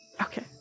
Okay